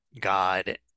God